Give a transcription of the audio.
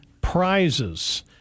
prizes